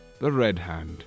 theredhand